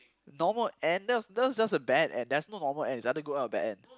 normal end that was that was just a bad end there is no normal end it's either good end or bad end